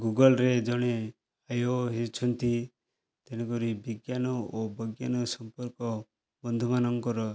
ଗୁଗଲ୍ରେ ଜଣେ ଏ ଓ ହୋଇଛନ୍ତି ତେଣୁକରି ବିଜ୍ଞାନ ଓ ବୈଜ୍ଞାନିକ ସମ୍ପର୍କ ବନ୍ଧୁମାନଙ୍କର